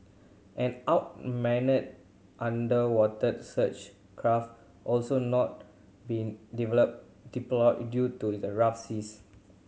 an unmanned underwater search craft also not been develop deployed due to the rough seas